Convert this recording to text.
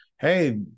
Hey